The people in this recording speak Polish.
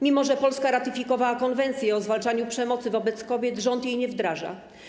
Mimo że Polska ratyfikowała konwencję o zwalczaniu przemocy wobec kobiet, rząd jej nie wdraża.